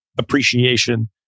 Appreciation